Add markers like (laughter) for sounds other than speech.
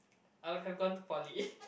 I would have gone to Poly (laughs)